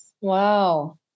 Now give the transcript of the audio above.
Wow